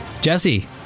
Jesse